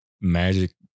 magic